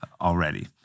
already